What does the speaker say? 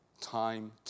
Time